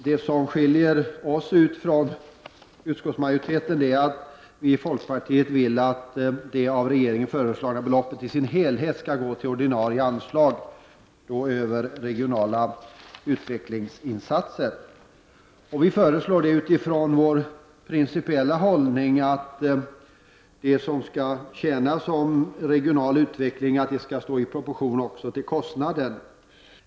Det som skiljer folkpartiet från utskottsmajoriteten är att vi vill att det av regeringen föreslagna beloppet i dess helhet skall utgå till ordinarie anslag, över regionala utvecklingsinsatser. Vi föreslår det utifrån vår principiella hållning att det som skall tjäna som regional utveckling också skall stå i proportion till kostnaden.